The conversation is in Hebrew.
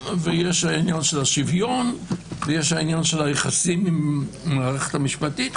יש את העניין של השוויון ויש את העניין של היחסים עם המערכת המשפטית.